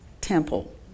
temple